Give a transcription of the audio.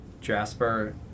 Jasper